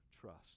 trust